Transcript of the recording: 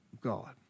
God